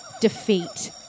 defeat